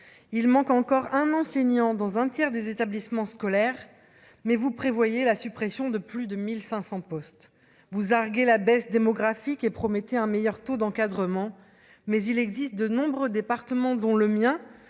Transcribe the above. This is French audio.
il manque encore un enseignant dans un tiers des établissements scolaires mais vous prévoyez la suppression de plus de 1500 postes, vous arguez la baisse démographique et promettait un meilleur taux d'encadrement, mais il existe de nombreux départements, dont le mien,